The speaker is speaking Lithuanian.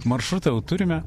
maršrutą jau turime